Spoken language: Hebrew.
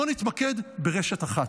בוא נתמקד ברשת אחת,